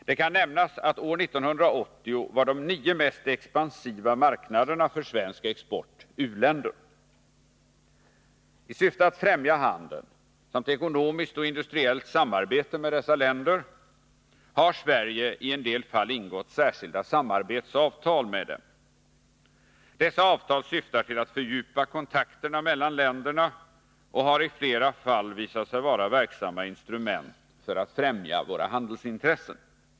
Det kan nämnas att år 1980 var de nio mest expansiva marknaderna för svensk export u-länder. I syfte att främja handeln samt ekonomiskt och industriellt samarbete med dessa länder har Sverige i en del fall ingått särskilda samarbetsavtal med dem. Dessa avtal syftar till att fördjupa kontakterna mellan länderna och har i flera fall visat sig vara verksamma instrument för att främja våra handelsintressen.